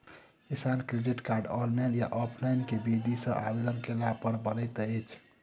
किसान credit card, online या offline केँ विधि सँ आवेदन कैला पर बनैत अछि?